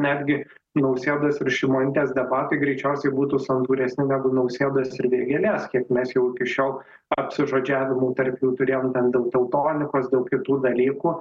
netgi nausėdos ir šimonytės debatai greičiausiai būtų santūresni negu nausėdas ir vėgėlės kiek mes jau iki šiol apsižodžiavimų tarp jų turėjom ten dėl teltonikos daug kitų dalykų